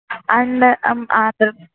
and Andhra